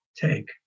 take